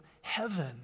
heaven